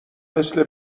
مثل